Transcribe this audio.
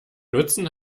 nutzen